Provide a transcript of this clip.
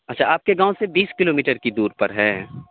اچھا آپ کے گاؤں سے بیس کلو میٹر کی دور پر ہے